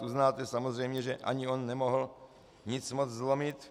Uznáte samozřejmě, že ani on nemohl nic moc zlomit.